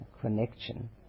connection